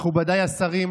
מכובדיי השרים,